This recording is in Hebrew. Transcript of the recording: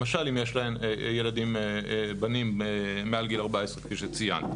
למשל אם יש להן ילדים מעל גיל 14 כפי שציינת.